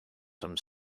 some